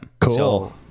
Cool